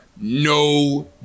No